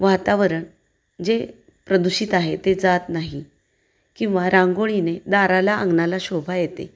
वातावरण जे प्रदूषित आहे ते जात नाही किंवा रांगोळीने दाराला अंगणाला शोभा येते